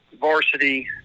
varsity